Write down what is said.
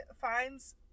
finds